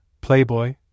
Playboy